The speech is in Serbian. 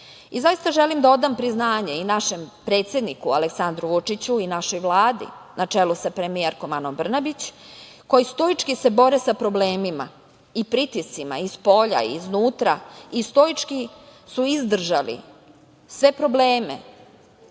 odlično. Zaista želim da odam priznanje i našem predsedniku Aleksandru Vučiću i našoj Vladi na čelu sa premijerkom Anom Brnabić koji stoički se bore sa problemima i pritiscima, i spolja, iznutra i stoički su izdržali sve probleme